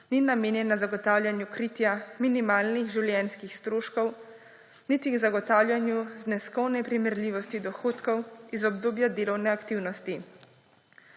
ni namenjena zagotavljanju kritja minimalnih življenjskih stroškov niti zagotavljanju zneskovne primerljivosti dohodkov iz obdobja delovne aktivnosti.